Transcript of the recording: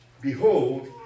behold